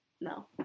No